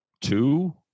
two